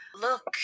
look